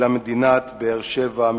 אלא מדינת באר-שבע,